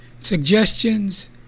suggestions